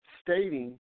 stating